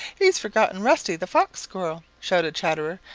he's forgotten rusty the fox squirrel, shouted chatterer,